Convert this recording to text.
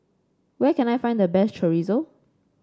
where can I find the best Chorizo